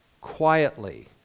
quietly